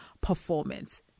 performance